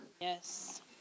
Yes